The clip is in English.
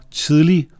tidlig